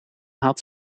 had